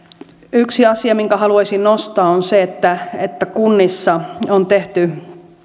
yksi asia minkä haluaisin nostaa on se että että kunnissa on tehty